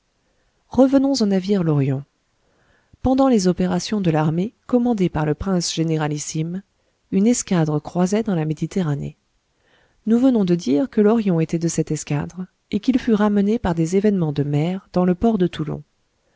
revenons au navire l orion pendant les opérations de l'armée commandée par le prince généralissime une escadre croisait dans la méditerranée nous venons de dire que l'orion était de cette escadre et qu'il fut ramené par des événements de mer dans le port de toulon